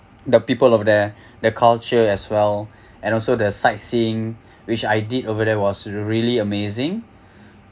the people of there the culture as well and also the sightseeing which I did over there was really amazing